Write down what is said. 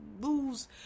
lose